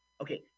Okay